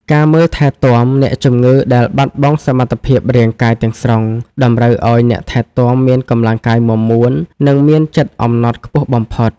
ការមើលថែទាំអ្នកជំងឺដែលបាត់បង់សមត្ថភាពរាងកាយទាំងស្រុង តម្រូវឱ្យអ្នកថែទាំមានកម្លាំងកាយមាំមួន និងមានចិត្តអំណត់ខ្ពស់បំផុត។